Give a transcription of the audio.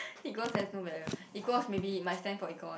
equals has no value equals maybe might stand for equal